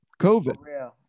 COVID